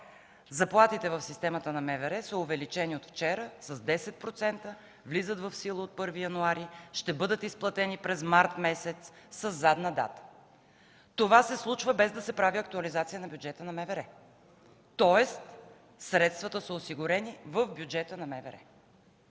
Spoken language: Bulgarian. заплатите в системата на МВР са увеличени от вчера с 10%; влизат в сила от 1 януари и ще бъдат изплатени през месец март, със задна дата. Това се случва, без да се прави актуализация на бюджета на МВР, тоест средствата са осигурени от бюджета на МВР.